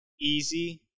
easy